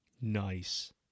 Nice